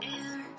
air